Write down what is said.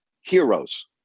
heroes